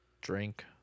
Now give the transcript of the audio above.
drink